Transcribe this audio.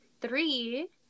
three